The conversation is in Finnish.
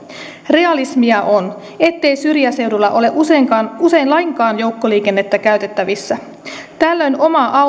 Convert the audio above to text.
realismia on ettei syrjäseudulla ole usein lainkaan joukkoliikennettä käytettävissä tällöin oma